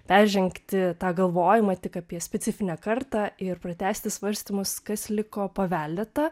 peržengti tą galvojimą tik apie specifinę kartą ir pratęsti svarstymus kas liko paveldėta